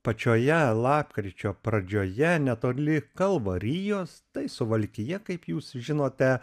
pačioje lapkričio pradžioje netoli kalvarijos tai suvalkija kaip jūs žinote